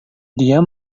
dia